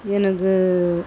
எனக்கு